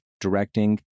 directing